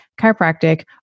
chiropractic